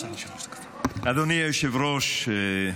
אדוני היושב-ראש,